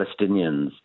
Palestinians